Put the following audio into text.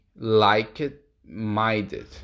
like-minded